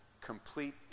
complete